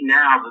now